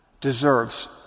deserves